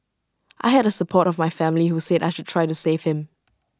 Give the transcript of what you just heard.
I had the support of my family who said I should try to save him